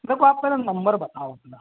देखो आप पहले नंबर बताओ अपना